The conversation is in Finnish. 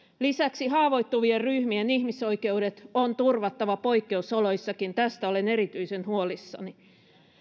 lisäksi haavoittuvien ryhmien ihmisoikeudet on turvattava poikkeusoloissakin tästä olen erityisen huolissani